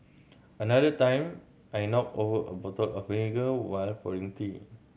another time I knocked over a bottle of vinegar while pouring tea